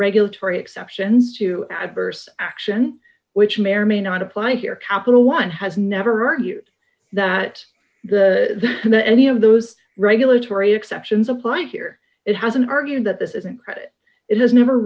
gulatory exceptions to adverse action which may or may not apply here capital one has never argued that any of those regulatory exceptions apply here it hasn't argued that this isn't credit it has never